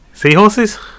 Seahorses